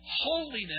holiness